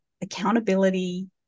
accountability